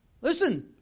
Listen